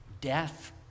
death